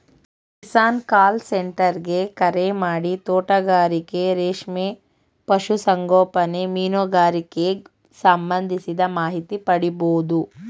Kisan call centre ಗೆ ಕರೆಮಾಡಿ ತೋಟಗಾರಿಕೆ ರೇಷ್ಮೆ ಪಶು ಸಂಗೋಪನೆ ಮೀನುಗಾರಿಕೆಗ್ ಸಂಬಂಧಿಸಿದ ಮಾಹಿತಿ ಪಡಿಬೋದು